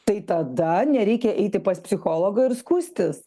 tai tada nereikia eiti pas psichologą ir skųstis